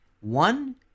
one